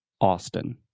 Austin